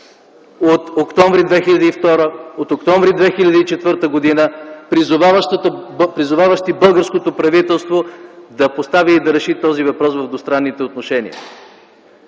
м. октомври 2004 г., призоваващи българското правителство да постави и реши този въпрос в двустранните отношения.